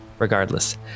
Regardless